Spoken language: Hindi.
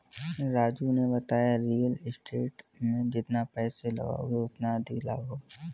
राजू ने बताया रियल स्टेट में जितना पैसे लगाओगे उतना अधिक लाभ होगा